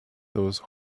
those